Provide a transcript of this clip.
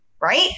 right